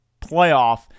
playoff